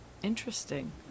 interesting